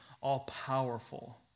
all-powerful